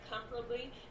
comfortably